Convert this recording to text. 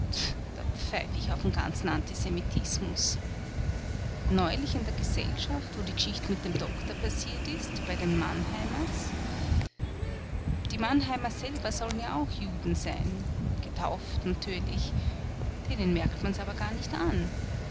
pfeif ich auf'n ganzen antisemitismus neulich in der gesellschaft wo die g'schicht mit dem doktor passiert ist bei den mannheimers die mannheimer selber sollen ja auch juden sein getauft natürlich denen merkt man's aber gar nicht an